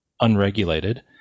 unregulated